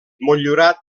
motllurat